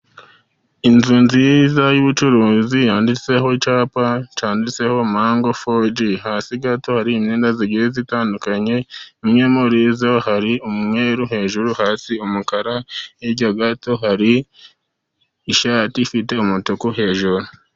Inzu nziza y'ubucuruzi yanditseho ,icyapa cyanditseho mango foji, hasi gato hari imyenda igiye itandukanye, imwe muri zo hari umweru hejuru, hasi umukara hirya gato hari ishati ifite umutuku hejuru.